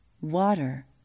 water